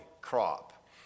crop